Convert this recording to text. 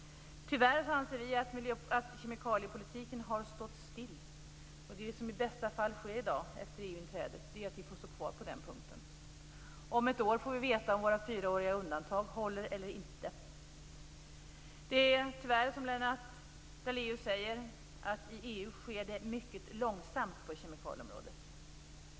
Tyvärr anser vi att kemikaliepolitiken har stått still. Det som i bästa fall sker i dag, efter EU-inträdet, är att vi får stå kvar på den punkten. Om ett år får vi veta om våra fyraåriga undantag håller eller inte. Det är tyvärr så som Lennart Daléus säger, i EU sker saker och ting mycket långsamt på kemikalieområdet.